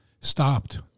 stopped